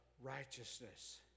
righteousness